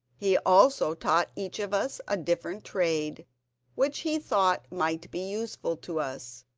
he also taught each of us a different trade which he thought might be useful to us,